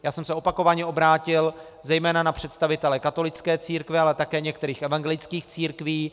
Já jsem se opakovaně obrátil zejména na představitele katolické církve, ale také některých evangelických církví.